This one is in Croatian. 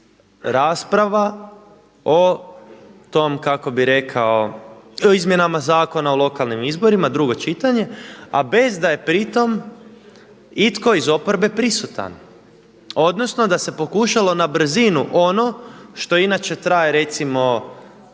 rasprava o tom kako bi rekao izmjenama Zakona o lokalnim izborima drugo čitanje, a bez da je pri tom itko iz oporbe prisutan odnosno da se pokušalo na brzinu ono što inače traje recimo